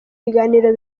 ibiganiro